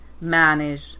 manage